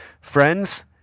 Friends